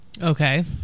okay